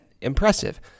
impressive